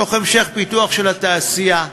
תוך המשך פיתוח של התעשייה.